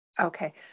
Okay